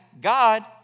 God